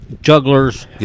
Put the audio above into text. jugglers